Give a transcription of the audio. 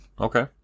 Okay